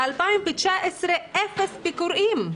ב-2019 היו אפס ביקורים.